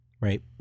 Right